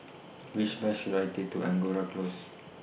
Which Bus should I Take to Angora Close